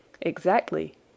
Exactly